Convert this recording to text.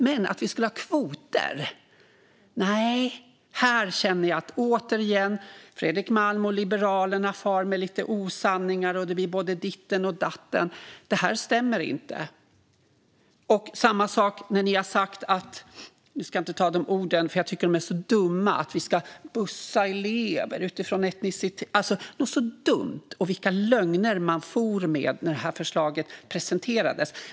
Men i fråga om kvoter känner jag återigen att Fredrik Malm och Liberalerna far med lite osanningar. Det blir både ditten och datten. Det stämmer inte. Jag vill inte säga orden, de är så dumma, men ni säger att elever ska bussas utifrån etnicitet. Något så dumt! Vilka lögner man for med när förslaget presenterades.